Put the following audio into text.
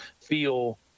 feel